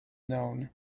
known